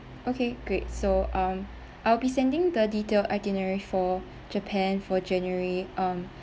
okay great so um I'll be sending the detailed itinerary for japan for january um